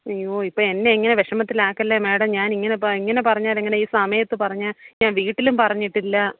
അയ്യോ ഇപ്പോൾ എന്നെ ഇങ്ങനെ വിഷമത്തിലാക്കല്ലേ മാഡം ഞാൻ ഇങ്ങനെ ഇങ്ങനെ പറഞ്ഞാൽ എങ്ങനെയാണ് ഈ സമയത്ത് പറഞ്ഞാൽ ഞാൻ വീട്ടിലും പറഞ്ഞിട്ടില്ല